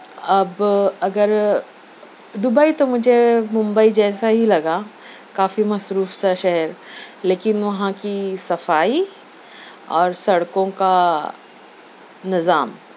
اب اگر دبئی تو مجھے ممبئی جیسا ہی لگا کافی مصروف سا شہر لیکن وہاں کی صفائی اور سڑکوں کا نِظام